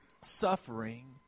suffering